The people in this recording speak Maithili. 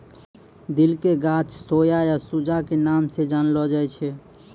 दिल के गाछ सोया या सूजा के नाम स जानलो जाय छै